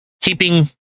keeping